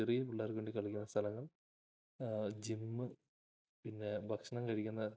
ചെറിയ പിള്ളേർക്കുവേണ്ടി കളിക്കുന്ന സ്ഥലങ്ങൾ ജിം പിന്നെ ഭക്ഷണം കഴിക്കുന്ന